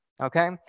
Okay